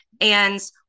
And-